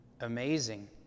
amazing